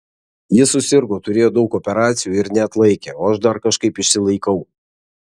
ji susirgo turėjo daug operacijų ir neatlaikė o aš dar kažkaip išsilaikau